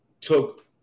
took